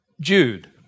Jude